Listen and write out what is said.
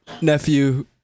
nephew